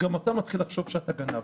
גם אתה מתחיל לחשוב שאתה גנב.